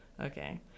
Okay